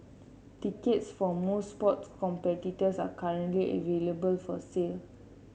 tickets for most sports competitors are currently available for sale